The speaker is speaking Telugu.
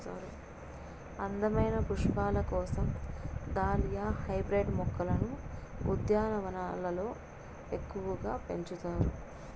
అందమైన పుష్పాల కోసం దాలియా హైబ్రిడ్ మొక్కలను ఉద్యానవనాలలో ఎక్కువగా పెంచుతారు